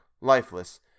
lifeless